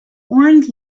horned